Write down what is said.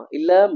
Illa